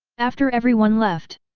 after everyone left.